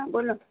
હા બોલો